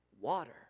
water